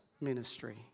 ministry